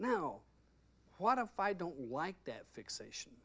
now what if i don't like that fixation